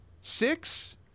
six